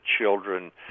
children